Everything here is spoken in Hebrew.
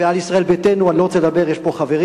ועל ישראל ביתנו אני לא רוצה לדבר, יש פה חברים,